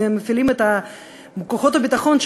מפעילים את כוחות הביטחון,